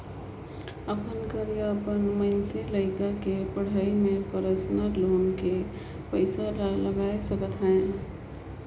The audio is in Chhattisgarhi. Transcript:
अपन कर या अपन मइनसे लइका कर पढ़ई में परसनल लोन के पइसा ला लगाए सकत अहे